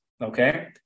Okay